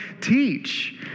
teach